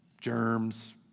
Germs